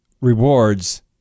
rewards